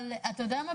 אבל אתה יודע מה?